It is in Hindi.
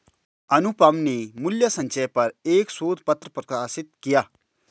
अनुपम ने मूल्य संचय पर एक शोध पत्र प्रकाशित किया